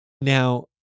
Now